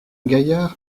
gaillard